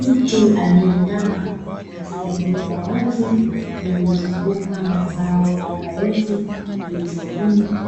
Mtu aliyeinama katika eneo la wazi lililozungukwa na zao la karoti zilizovunwa,